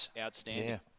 outstanding